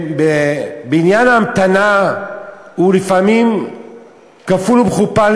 זמן ההמתנה הוא לפעמים כפול ומכופל,